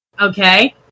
okay